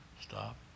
Stop